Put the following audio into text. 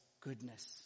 goodness